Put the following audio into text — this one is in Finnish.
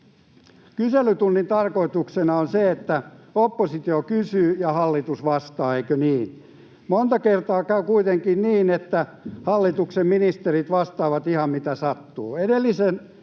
Kyselytunnin tarkoituksena on se, että oppositio kysyy ja hallitus vastaa, eikö niin? Monta kertaa käy kuitenkin niin, että hallituksen ministerit vastaavat ihan mitä sattuu.